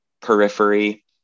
Periphery